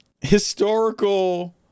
historical